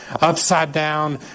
upside-down